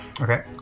Okay